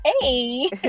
Hey